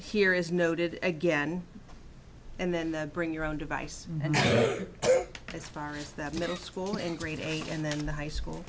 here is noted again and then bring your own device and as far as that middle school and grade eight and then the high school